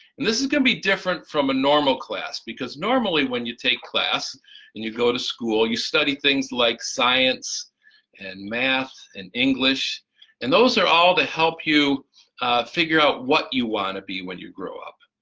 and this is going to be different from a normal class because normally when you take class and you go to school you study things like science and math and english and those are all to help you figure out what you want to be when you grow up.